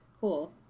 Cool